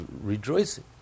rejoicing